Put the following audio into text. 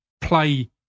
play